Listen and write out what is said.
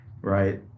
Right